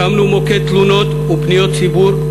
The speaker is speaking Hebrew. הקמנו מוקד תלונות ופניות ציבור,